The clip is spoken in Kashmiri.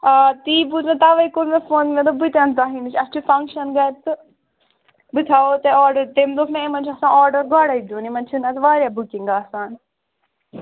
آ تی بوٗز مےٚ تَوَے کوٚر مےٚ فون مےٚ دوٚپ بہٕ تہِ نہٕ دۄہہِ نِش اَتھ چھُ فَنٛگشَن گَرِ تہٕ بہٕ تھاوَو تۄہہِ آرڈَر تٔمۍ دوٚپ مےٚ یِمَن چھُ آسان آرڈر گۄڈَے دیُن یِمَن چھِنہٕ اَتھ واریاہ بُکِنٛگ آسان